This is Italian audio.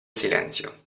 silenzio